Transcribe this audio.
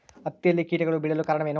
ಹತ್ತಿಯಲ್ಲಿ ಕೇಟಗಳು ಬೇಳಲು ಕಾರಣವೇನು?